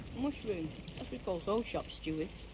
we call those shop stewarts.